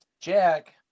Jack